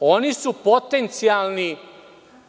Oni potencijalno